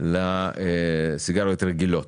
למס על סיגריות רגילות.